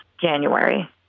January